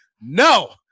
no